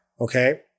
okay